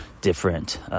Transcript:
different